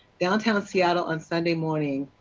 downtown seattle on sunday morning,